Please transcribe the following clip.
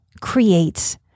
creates